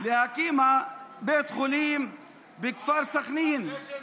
להקים בית חולים בכפר סח'נין.